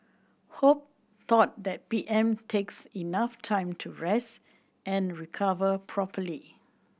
hope though that P M takes enough time to rest and recover properly